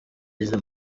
yize